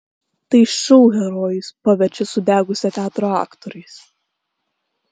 tai šou herojus paverčia sudegusio teatro aktoriais